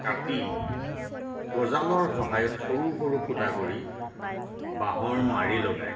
কাটি গজালৰ সহায়ত সৰু সৰু ফুটা কৰি বাঁহৰ মাৰি লগাই